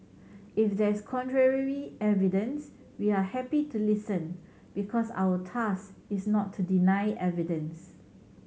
if there's contrary evidence we are happy to listen because our task is not to deny evidence